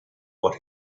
what